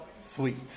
sweet